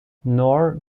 nor